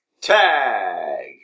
Tag